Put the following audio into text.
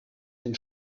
den